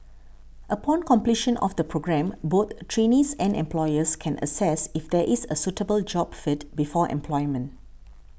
upon completion of the programme both trainees and employers can assess if there is a suitable job fit before employment